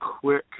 quick